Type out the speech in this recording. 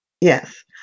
Yes